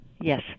Yes